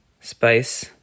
spice